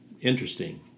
interesting